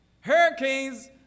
Hurricanes